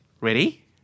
Ready